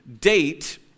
date